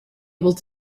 able